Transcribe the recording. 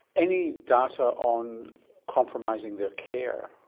any data on compromising their care?